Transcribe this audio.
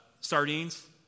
sardines